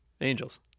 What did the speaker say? Angels